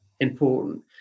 important